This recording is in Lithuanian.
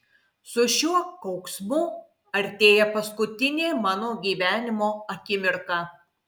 su šiuo kauksmu artėja paskutinė mano gyvenimo akimirka